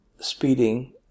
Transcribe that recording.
speeding